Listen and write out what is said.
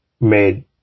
made